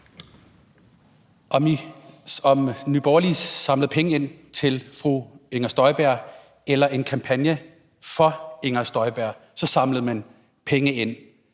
Om Nye Borgerlige samlede penge ind til fru Inger Støjberg eller til en kampagne for fru Inger Støjberg, så samlede man penge ind.